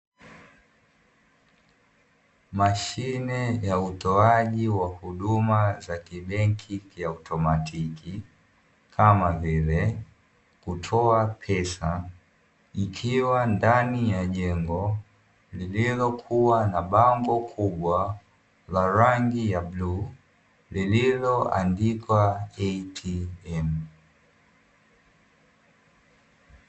Mashine ya utoaji wa huduma za kibenki kiautomatiki kama vile kutoa pesa, ikiwa ndani ya jengo lililokuwa na bango kubwa la rangi ya bluu lililoandikwa "Atm".